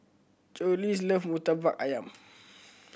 Joseluis love Murtabak Ayam